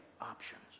options